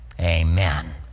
Amen